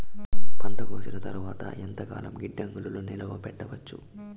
పంట కోసేసిన తర్వాత ఎంతకాలం గిడ్డంగులలో నిలువ పెట్టొచ్చు?